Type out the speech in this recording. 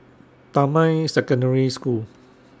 Damai Secondary School